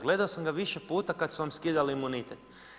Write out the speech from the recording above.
Gledao sam ga više puta kad su vam skidali imunitet.